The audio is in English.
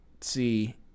see